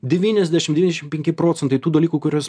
devyniasdešim devyniasdešim penki procentai tų dalykų kuriuos